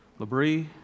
LaBrie